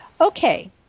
okay